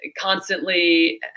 constantly